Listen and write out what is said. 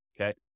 okay